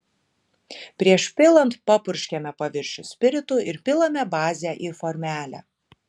prieš pilant papurškiame paviršių spiritu ir pilame bazę į formelę